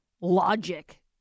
logic